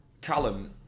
Callum